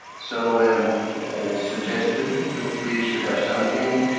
so and suggested that we should have something